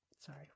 Sorry